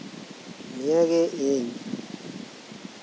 ᱱᱤᱭᱟᱹᱜᱮ ᱤᱧ